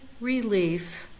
relief